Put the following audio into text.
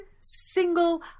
single